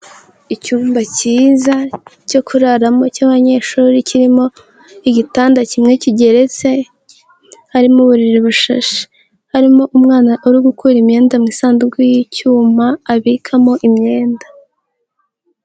Icyumba kiza cyo kuraramo cy'abanyeshuri kirimo igitanda kimwe kigeretse, harimo uburiri bushashe, harimo umwana uri gukora imyenda mu isanduku y'icyuma abikamo imyenda.